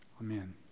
Amen